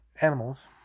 Animals